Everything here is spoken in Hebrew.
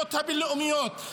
לאמנות הבין-לאומיות.